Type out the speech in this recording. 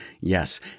yes